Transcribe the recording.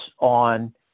on